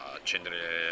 Accendere